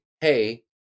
Hey